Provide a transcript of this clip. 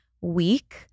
week